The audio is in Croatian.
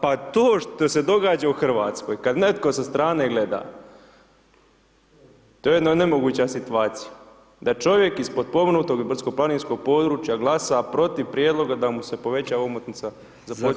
Pa to što se događa u RH kad netko sa strane gleda, to je jedna nemoguća situacija, da čovjek iz potpomognutog i brdsko planinskog područja glasa protiv prijedloga da mu se poveća Govornik se ne razumije.